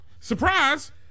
surprise